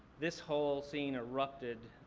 this whole scene erupted